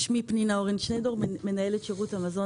שמי פנינה אורן שנידור, מנהלת שירות המזון